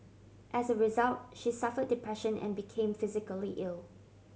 as a result she suffered depression and became physically ill